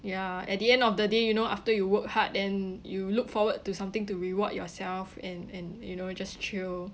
ya at the end of the day you know after you work hard then you look forward to something to reward yourself and and you know just chill